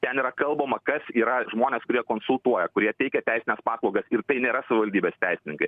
ten yra kalbama kas yra žmonės kurie konsultuoja kurie teikia teisines paslaugas ir tai nėra savivaldybės teisininkai